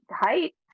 height